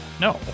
no